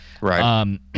Right